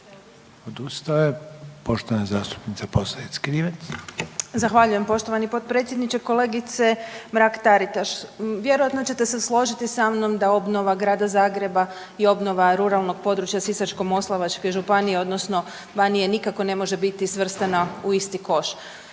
**Posavec Krivec, Ivana (Nezavisni)** Zahvaljujem poštovani gospodine potpredsjedniče, kolegice Mrak-Traritaš. Vjerojatno ćete se složiti sa mnom da obnova Grada Zagreba i obnova ruralnog prostora Sisačko-moslavačke Županije, odnosno Banije nikako ne može biti svrstana u isti koš.